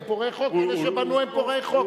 אלה שבנו הם פורעי חוק.